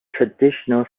traditional